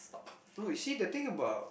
no you see the thing about